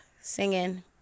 Singing